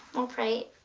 we'll pray